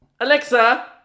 Alexa